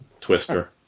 Twister